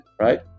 right